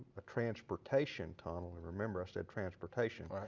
a transportation tunnel. and remember i said transportation.